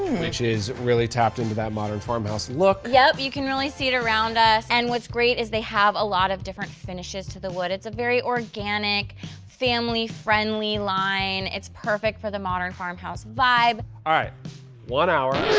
which is really tapped into that modern farmhouse look yep, you can really see it around us. and what's great is they have a lot of different finishes to the wood it's a very organic family friendly line. it's perfect for the modern farmhouse vibe. all right one hour